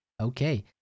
Okay